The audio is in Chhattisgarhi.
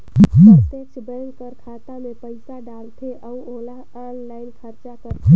प्रत्यक्छ बेंक कर खाता में पइसा डालथे अउ ओला आनलाईन खरचा करथे